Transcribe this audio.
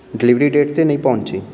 delivery date 'ਤੇ ਨਹੀਂ ਪਹੁੰਚੀ